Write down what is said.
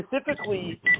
specifically